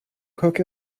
cook